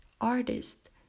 artist